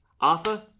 Arthur